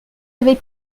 avez